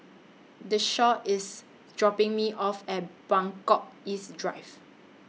Deshawn IS dropping Me off At Buangkok East Drive